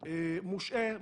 מושעה,